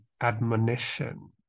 admonition